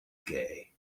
gay